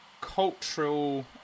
cultural